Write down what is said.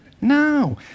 No